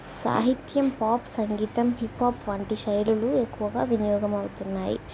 సాహిత్యం పాప్ సంగీతం హిపాప్ వంటి శైలులు ఎక్కువగా వినియోగమవుతున్నాయి